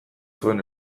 zuen